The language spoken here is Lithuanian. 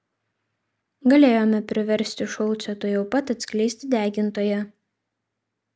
galėjome priversti šulcą tuojau pat atskleisti degintoją